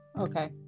Okay